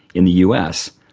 in the u. s,